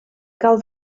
cal